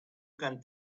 can